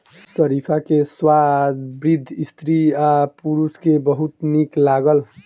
शरीफा के स्वाद वृद्ध स्त्री आ पुरुष के बहुत नीक लागल